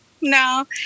No